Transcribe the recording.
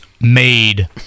made